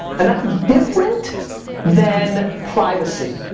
and that's different than privacy.